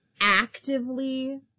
actively